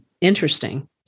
Interesting